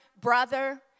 brother